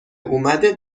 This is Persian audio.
اومده